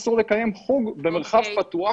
אסור לקיים עבורם חוג במרחב פתוח,